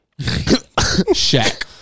Shaq